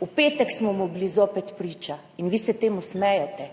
V petek smo mu bili zopet priča in vi se temu smejete.